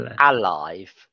alive